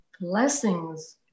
blessings